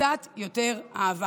קצת יותר אהבה.